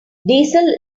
diesel